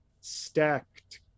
stacked